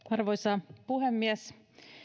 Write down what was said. arvoisa puhemies